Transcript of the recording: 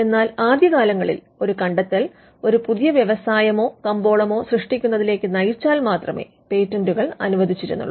എന്നാൽ ആദ്യകാലങ്ങളിൽ ഒരു കണ്ടെത്തൽ ഒരു പുതിയ വ്യവസായമോ കമ്പോളമോ സൃഷ്ടിക്കുന്നതിലേക്ക് നയിച്ചാൽ മാത്രമേ പേറ്റന്റുകൾ അനുവദിച്ചിരുന്നുള്ളു